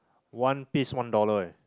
one piece one dollar ah